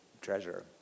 treasure